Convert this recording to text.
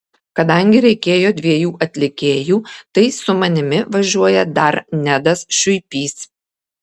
kadangi reikėjo dviejų atlikėjų tai su manimi važiuoja dar nedas šiuipys